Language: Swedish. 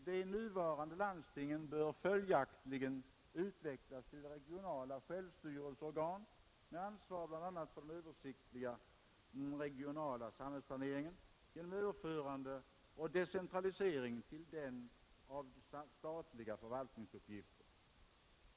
De nuvarande landstingen bör följaktligen utvecklas till regionala självstyrelseorgan med ansvar för bl.a. den översiktliga regionala samhällsplaneringen genom överförande och decentralisering till den av statliga förvaltningsuppgifter.